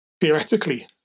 theoretically